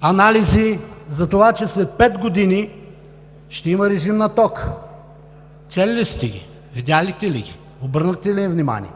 анализи, за това че след пет години ще има режим на тока. Чели ли сте ги? Видяхте ли ги? Обърнахте ли им внимание?